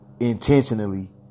intentionally